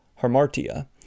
harmartia